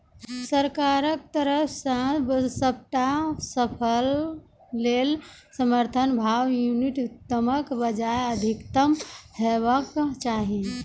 सरकारक तरफ सॅ सबटा फसलक लेल समर्थन भाव न्यूनतमक बजाय अधिकतम हेवाक चाही?